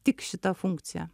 tik šita funkcija